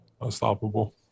Unstoppable